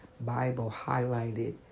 Bible-highlighted